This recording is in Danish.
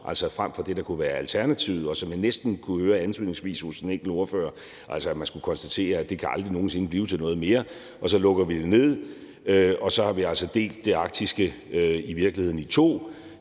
altså frem for det, der kunne være alternativet, og som jeg næsten kunne høre antydningsvis hos en enkelt ordfører, altså at man skulle konstatere, at det aldrig nogen sinde kan blive til noget mere, og så lukker vi det ned. Og så har vi altså i virkeligheden delt